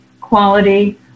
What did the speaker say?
quality